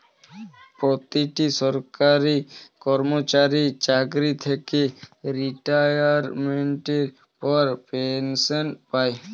প্রতিটি সরকারি কর্মচারী চাকরি থেকে রিটায়ারমেন্টের পর পেনশন পায়